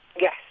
Yes